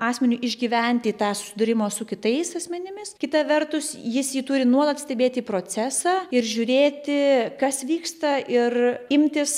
asmeniui išgyventi tą susidūrimo su kitais asmenimis kita vertus jis jį turi nuolat stebėti procesą ir žiūrėti kas vyksta ir imtis